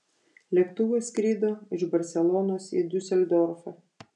lėktuvas skrido iš barselonos į diuseldorfą